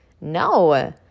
No